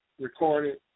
recorded